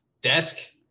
desk